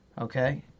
Okay